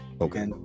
Okay